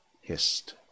hissed